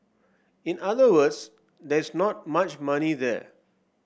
in other words there is not much money there